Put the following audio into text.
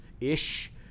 ish